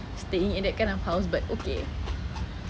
staying in that kind of house but okay